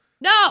No